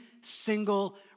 single